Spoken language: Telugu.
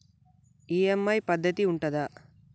ఈ.ఎమ్.ఐ పద్ధతి ఉంటదా?